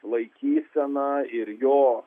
laikysena ir jo